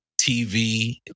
TV